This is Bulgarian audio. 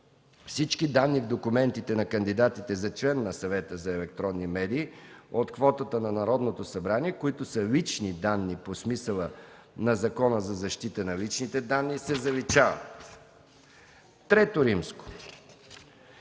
Всички данни в документите на кандидатите за член на Съвета за електронни медии от квотата на Народното събрание, които са лични данни по смисъла на Закона за защита на личните данни, се заличават. ІІІ.